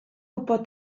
gwybod